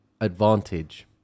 advantage